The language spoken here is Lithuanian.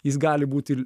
jis gali būti il